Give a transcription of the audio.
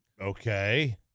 Okay